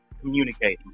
communicating